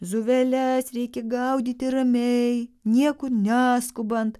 zuveles reikia gaudyti ramiai niekur neskubant